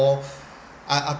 or are are